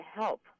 help